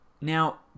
Now